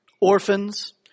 orphans